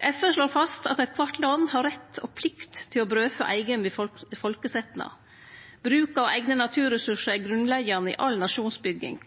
FN slår fast at eitkvart land har rett og plikt til å brødfø eigen folkesetnad. Bruk av eigne naturressursar er grunnleggjande i all nasjonsbygging.